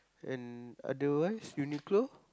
and otherwise Uniqlo